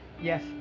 Yes